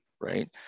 right